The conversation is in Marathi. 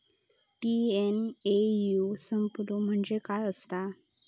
टी.एन.ए.यू सापलो म्हणजे काय असतां?